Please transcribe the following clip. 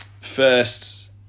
first